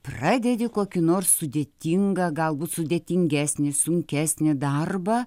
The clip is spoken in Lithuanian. pradedi kokį nors sudėtingą galbūt sudėtingesnį sunkesnį darbą